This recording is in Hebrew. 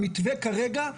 המתווה כרגע,